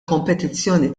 kompetizzjoni